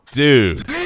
dude